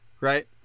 right